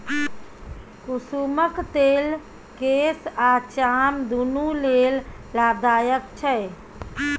कुसुमक तेल केस आ चाम दुनु लेल लाभदायक छै